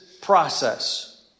process